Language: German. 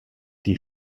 die